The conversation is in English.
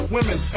Women